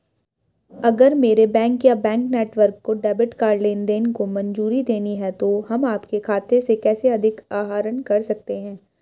अगर मेरे बैंक या बैंक नेटवर्क को डेबिट कार्ड लेनदेन को मंजूरी देनी है तो हम आपके खाते से कैसे अधिक आहरण कर सकते हैं?